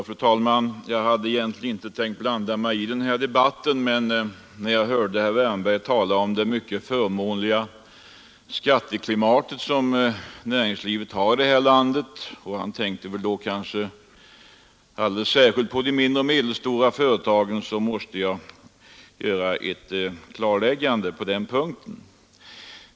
Fru talman! Jag hade egentligen inte tänkt blanda mig i den här debatten, men när jag hörde herr Wärnberg tala om det mycket förmånliga skatteklimat som näringslivet har i vårt land — han tänkte väl då kanske alldeles särskilt på de mindre och medelstora företagen — måste jag göra ett klarläggande på den punkten.